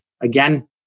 again